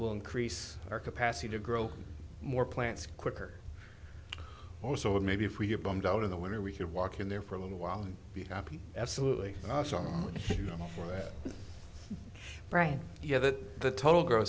will increase our capacity to grow more plants quicker also and maybe if we get bummed out in the winter we could walk in there for a little while and be happy absolutely right right yeah that the total gro